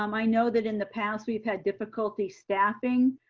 um i know that in the past we've had difficulty staffing.